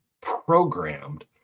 Programmed